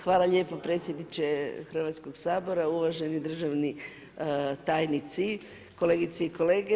Hvala lijepo predsjedniče Hrvatskoga sabora, uvaženi državni tajnici, kolegice i kolege.